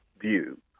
view